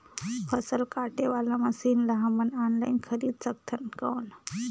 फसल काटे वाला मशीन ला हमन ऑनलाइन खरीद सकथन कौन?